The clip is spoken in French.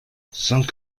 cinq